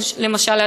למשל,